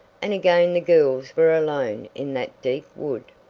and again the girls were alone in that deep wood,